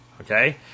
Okay